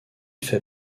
fait